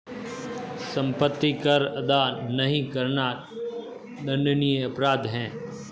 सम्पत्ति कर अदा नहीं करना दण्डनीय अपराध है